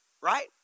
right